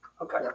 Okay